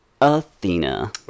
Athena